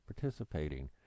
participating